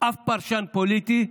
ואף פרשן פוליטי,